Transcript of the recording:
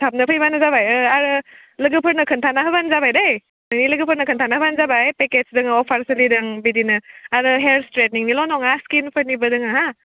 थाबनो फैब्लानो जाबाय आरो लोगोफोरनो खोन्थाना होब्लानो जाबाय दै नोंनि लोगोफोरनो खोन्थाब्लानो जाबाय पेकेज दङ अफार सोलिदों बिदिनो आरो हेयार स्ट्रेइटनिंल' नङा स्किनफोरनिबो दङ हा